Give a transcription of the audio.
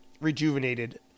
rejuvenated